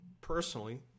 personally